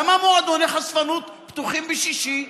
למה מועדוני חשפנות פתוחים בשישי?